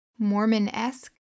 Mormon-esque